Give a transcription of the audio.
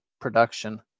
production